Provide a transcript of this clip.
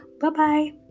Bye-bye